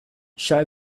show